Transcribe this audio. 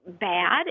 bad